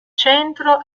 centro